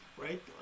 right